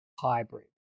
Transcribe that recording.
hybrid